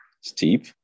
steep